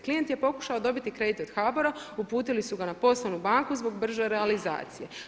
Klijent je pokušao dobiti kredit od HBOR-a, uputili su ga na poslovnu banku zbog brže realizacije.